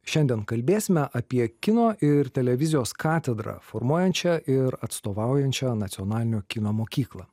šiandien kalbėsime apie kino ir televizijos katedrą formuojančią ir atstovaujančio nacionalinio kino mokyklą